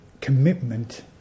commitment